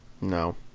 No